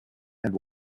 and